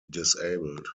disabled